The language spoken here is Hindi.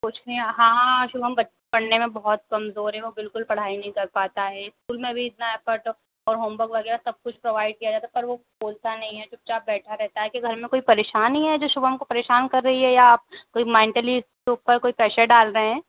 कुछ नहीं हाँ हाँ शुभम पढ़ने में बहुत कमज़ोर है वो बिल्कुल पढ़ाई नहीं कर पाता हे इस्कूल में भी इतना एफ़र्ट ओ और होमवर्क वगैरह सब कुछ प्रोवाइड किया जाता है पर वो बोलता नहीं है चुपचाप बैठा रहता है आपके घर में कोई परेशानी है जो शुभम को परेशान कर रही है या आप कोई माइन्टली उसके ऊपर कोई प्रेशर डाल रहे हैं